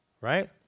right